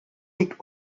liegt